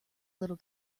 little